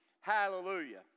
Hallelujah